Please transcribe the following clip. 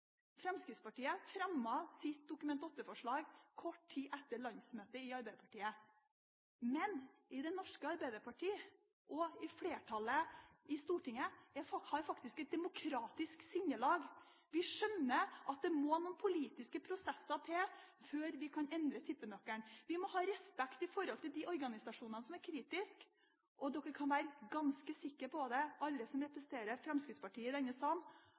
Fremskrittspartiet fremmet sitt Dokument 8-forslag kort tid etter landsmøtet i Arbeiderpartiet. Men Det norske Arbeiderparti og flertallet i Stortinget har faktisk et demokratisk sinnelag. Vi skjønner at det må noen politiske prosesser til før vi kan endre tippenøkkelen. Vi må ha respekt for de organisasjonene som er kritiske. Og alle som representerer Fremskrittspartiet i denne salen, kan være ganske sikre på at er det noe som